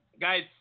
guys